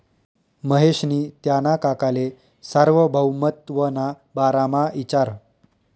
महेशनी त्याना काकाले सार्वभौमत्वना बारामा इचारं